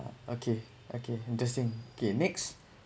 okay okay interesting okay next